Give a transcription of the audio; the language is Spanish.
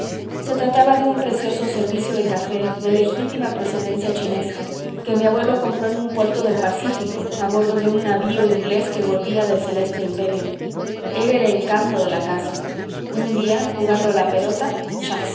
se trataba de un precioso servicio de café de legítima procedencia chinesca que mi abuelo compró en un puerto del pacífico a bordo de un navío inglés que volvía del celeste imperio era el encanto de la casa un día jugando a la pelota